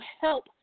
help